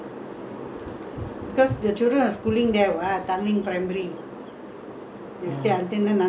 we stayed until nandha go primary two uh primary five actually primary two then we moved to bukit panjang